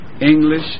English